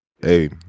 Hey